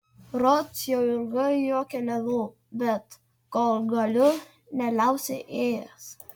rods jau ilgai juo keliavau bet kol galiu neliausiu ėjęs